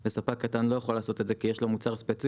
וספק קטן לא יכול לעשות את זה כי יש לו מוצר ספציפי,